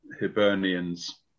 Hibernians